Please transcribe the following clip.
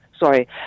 Sorry